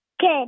Good